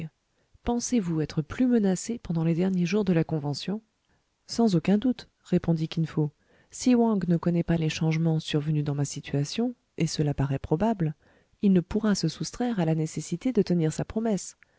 pensez-vous être plus menacé pendant les derniers jours de la convention sans aucun doute répondit kin fo si wang ne connaît pas les changements survenus dans ma situation et cela paraît probable il ne pourra se soustraire à la nécessité de tenir sa promesse